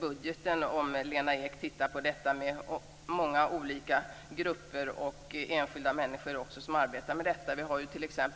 budgeten. Det är många olika grupper och enskilda människor som arbetar med det.